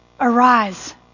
Arise